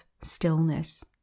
stillness